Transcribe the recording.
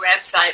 website